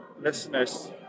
listeners